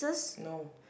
no